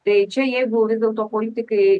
tai čia jeigu vis dėlto politikai